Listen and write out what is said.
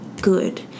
Good